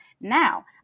now